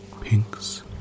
pinks